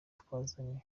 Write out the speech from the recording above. twazanye